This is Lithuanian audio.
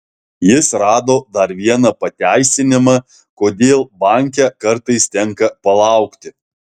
jis rado dar vieną pateisinimą kodėl banke kartais tenka palaukti